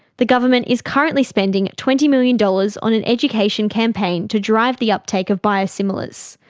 the government is currently spending twenty million dollars on an education campaign to drive the uptake of biosimilars.